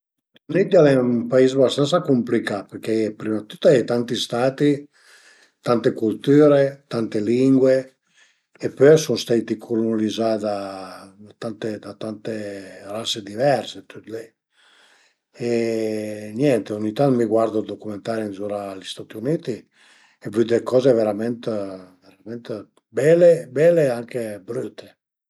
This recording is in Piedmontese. Ma cumincé 'na giurnà bin faita prima dë tüt deve fe 'na bela culasiun, la culasiun al e 'na coza ëmpurtanta e pöi, sai nen, döve anche vëdde co deve fe, se döve andé ën gir, se döve fe cuaic travai, se döve ëncuntrete cun cuaidün, comuncue döve cerché d'urganizite la giurnà al mei